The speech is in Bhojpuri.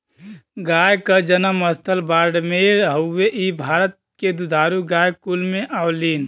गाय क जनम स्थल बाड़मेर हउवे इ भारत के दुधारू गाय कुल में आवलीन